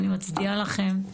אני מצדיעה לכם.